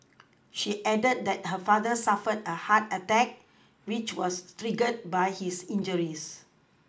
she added that her father suffered a heart attack which was triggered by his injuries